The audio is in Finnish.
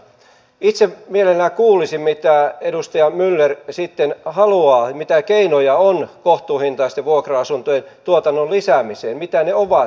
itse mielelläni kuulisin mitä edustaja myller sitten haluaa mitä keinoja on kohtuuhintaisten vuokra asuntojen tuotannon lisäämiseen mitä ne ovat